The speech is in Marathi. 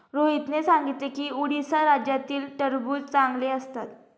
रोहितने सांगितले की उडीसा राज्यातील टरबूज चांगले असतात